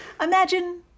imagine